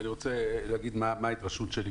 אני רוצה לומר מה ההתרשמות שלי.